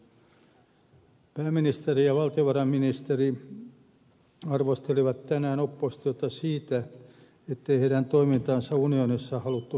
pääministeri ja valtiovarainministeri arvostelivat tänään oppositiota siitä ettei heidän toimintaansa unionissa haluttu hyväksyä